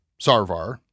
Sarvar